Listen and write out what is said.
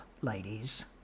ladies